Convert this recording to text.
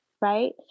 right